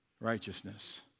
righteousness